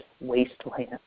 wasteland